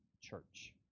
church